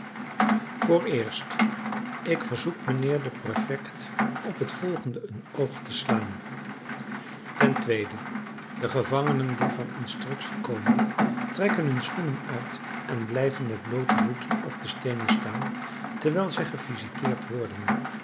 vooreerst ik verzoek mijnheer den prefect op het volgende een oog te slaan ten tweede de gevangenen die van de instructie komen trekken hun schoenen uit en blijven met bloote voeten op de steenen staan terwijl zij gevisiteerd worden